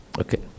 Okay